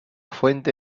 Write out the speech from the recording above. fuente